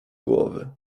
głowy